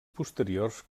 posteriors